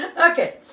Okay